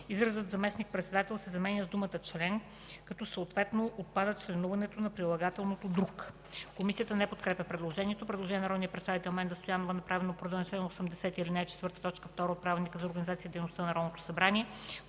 изразът „заместник-председател” се заменя с думата „член”, като съответно отпада членуването на прилагателното „друг”.” Комисията не подкрепя предложението. Предложение на народния представител Менда Стоянова, направено по реда на чл. 80, ал. 4, т. 2 от Правилника за организацията и дейността на Народното събрание.